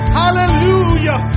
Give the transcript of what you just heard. hallelujah